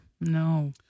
No